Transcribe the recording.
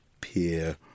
peer